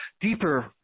deeper